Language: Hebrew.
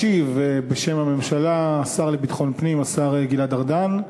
ישיב בשם הממשלה השר לביטחון פנים, השר גלעד ארדן.